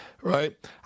right